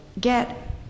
get